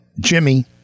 Jimmy